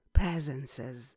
presences